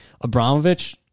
Abramovich